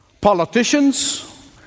politicians